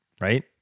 right